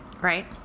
Right